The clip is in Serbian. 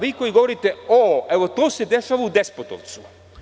Vi koji govorite: „o“, to se dešava u Despotovcu.